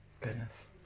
Goodness